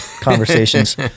conversations